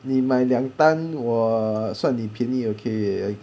你买两单我算你便宜 okay